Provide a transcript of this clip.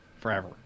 forever